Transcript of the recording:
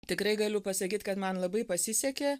tikrai galiu pasakyt kad man labai pasisekė